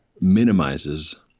minimizes